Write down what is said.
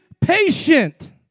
patient